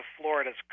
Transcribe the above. Florida's